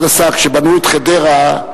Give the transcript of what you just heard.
כשבנו את חדרה,